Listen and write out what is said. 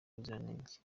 ubuziranenge